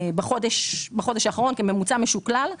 בחודש האחרון כממוצע משוקלל,